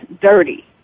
dirty